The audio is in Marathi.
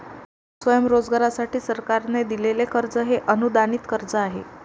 स्वयंरोजगारासाठी सरकारने दिलेले कर्ज हे अनुदानित कर्ज आहे